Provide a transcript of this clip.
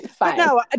No